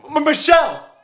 Michelle